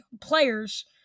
players